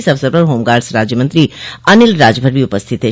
इस अवसर पर होमगार्ड्स राज्य मंत्री अनिल राजभर भी उपस्थित थे